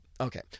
Okay